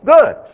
good